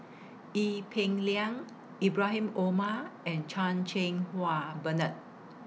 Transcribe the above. Ee Peng Liang Ibrahim Omar and Chan Cheng Wah Bernard